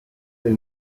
del